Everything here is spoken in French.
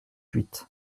huit